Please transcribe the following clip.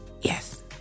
yes